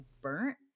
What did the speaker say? burnt